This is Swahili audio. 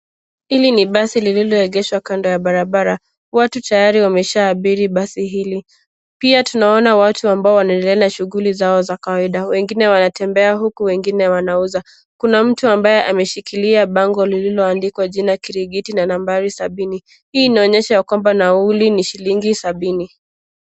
Hili ni basi lililoegeshwa kando ya barabara. Watu tayari wameshaa abiri basi hili. Pia tunaona watu wanaoendelea na shughuli zao za kawaida, wengine wanatembea huku wengine wanauza. Kuna mtu ambaye ameshikilia bango lililoandikwa jina kirigiti na nambari sabini. Hii inaonyesha ya kwamba nauli ni shillingi sabini.